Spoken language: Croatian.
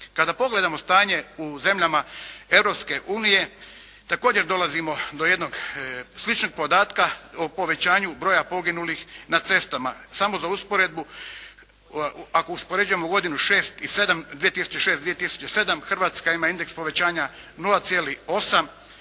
Kada pogledamo stanje u zemljama Europske unije također dolazimo do jednog sličnog podatka o povećanju broja poginulih na cestama. Samo za usporedbu, ako uspoređujemo 2006. i 2007. Hrvatska ima indeks povećanja 0,8,